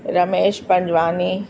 Ramesh Panjwani